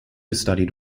studied